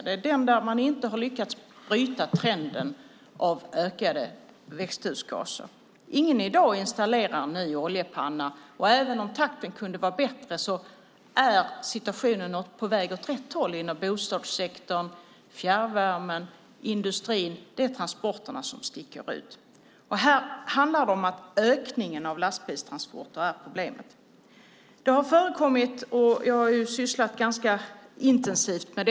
Det är där som man inte har lyckats bryta trenden med ökande växthusgaser. Ingen i dag installerar en ny oljepanna. Även om takten kunde vara bättre är situationen på väg åt rätt håll inom bostadssektorn, inom fjärrvärmen och inom industrin. Det är transporterna som sticker ut. Ökningen av lastbilstrafiken är problemet. Jag har sysslat ganska intensivt med detta.